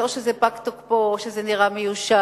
אז או שזה פג תוקפו או שזה נראה מיושן.